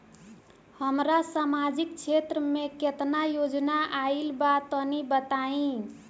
हमरा समाजिक क्षेत्र में केतना योजना आइल बा तनि बताईं?